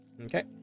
okay